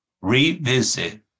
Revisit